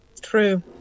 True